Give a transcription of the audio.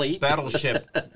battleship